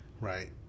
Right